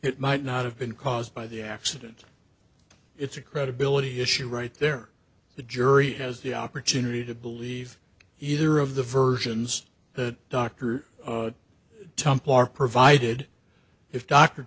it might not have been caused by the accident it's a credibility issue right there the jury has the opportunity to believe either of the versions that doctor temple are provided if dr